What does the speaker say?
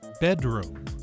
bedroom